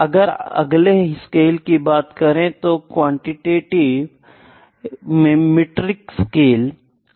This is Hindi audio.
अगर अगले स्केल की बात करें तो क्वांटिटीव डाटा में मीट्रिक स्केल आता है